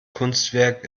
kunstwerk